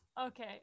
Okay